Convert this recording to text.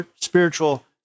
spiritual